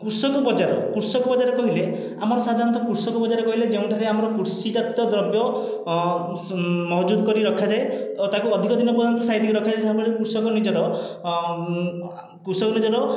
କୃଷକ ବଜାର କୃଷକ ବଜାର କହିଲେ ଆମର ସାଧାରଣତଃ କୃଷକ ବଜାର କହିଲେ ଯେଉଁଠାରେ ଆମର କୃଷି ଜାତ୍ୟ ଦ୍ରବ୍ୟ ମହଜୁଦ କରି ରଖାଯାଏ ଓ ତାକୁ ଅଧିକ ଦିନ ପର୍ଯ୍ୟନ୍ତ ସାଇତିକି ରଖାଯାଏ ଯାହା ଫଳରେ କୃଷକ ନିଜର କୃଷକ ନିଜର